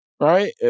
Right